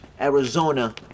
Arizona